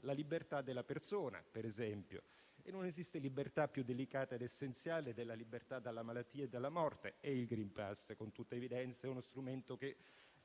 la libertà della persona, per esempio, e non esiste libertà più delicata ed essenziale della libertà dalla malattia e dalla morte e il *green pass* con tutta evidenza è uno strumento che